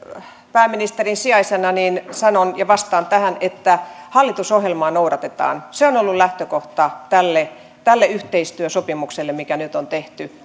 pääministerin sijaisena niin sanon ja vastaan tähän että hallitusohjelmaa noudatetaan se on ollut lähtökohta tälle tälle yhteistyösopimukselle mikä nyt on tehty